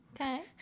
okay